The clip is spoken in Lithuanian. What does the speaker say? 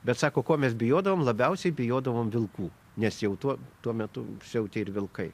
bet sako ko mes bijodavom labiausiai bijodavom vilkų nes jau tuo tuo metu siautė ir vilkai